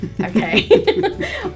okay